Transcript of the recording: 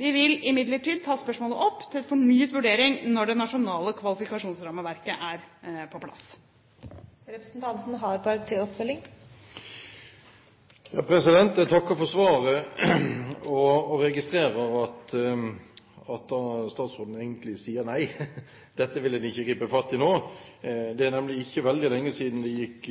Vi vil imidlertid ta spørsmålet opp til fornyet vurdering når det nasjonale kvalifikasjonsrammeverket er på plass. Jeg takker for svaret, og registrerer at statsråden egentlig sier nei, dette vil en ikke gripe fatt i nå. Det er ikke veldig lenge siden det gikk